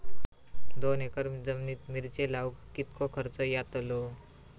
दोन एकर जमिनीत मिरचे लाऊक कितको खर्च यातलो?